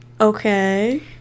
Okay